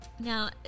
Now